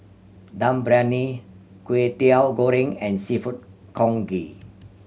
Dum Briyani Kwetiau Goreng and Seafood Congee